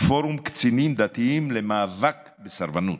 פורום קצינים דתיים למאבק בסרבנות.